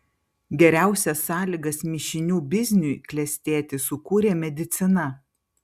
geriausias sąlygas mišinių bizniui klestėti sukūrė medicina